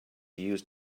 used